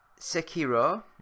Sekiro